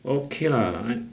okay lah i~